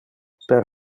per